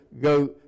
go